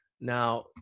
Now